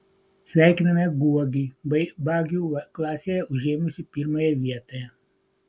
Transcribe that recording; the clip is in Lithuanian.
sveikiname guogį bagių klasėje užėmusį pirmąją vietą